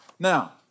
Now